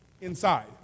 inside